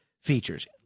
features